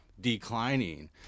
declining